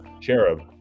Cherub